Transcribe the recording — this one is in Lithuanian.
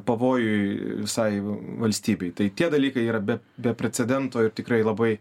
pavojui visai valstybei tai tie dalykai yra be precedento tikrai labai